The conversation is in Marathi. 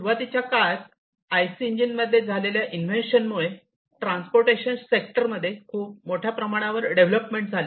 सुरवातीच्या काळात आयसी इंजिन मध्ये झालेल्या इंवेंशन मुळे ट्रांसपोर्टेशन सेक्टर मध्ये खूप मोठ्या प्रमाणावर डेव्हलपमेंट झाले